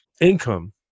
income